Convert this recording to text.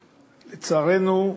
לצערנו,